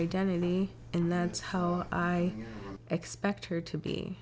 identity and that's how i expect her to be